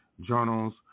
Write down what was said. journals